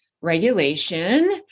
regulation